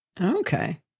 Okay